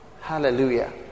hallelujah